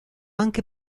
anche